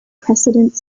precedent